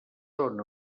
són